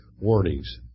warnings